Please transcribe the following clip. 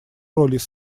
роль